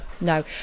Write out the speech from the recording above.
no